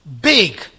big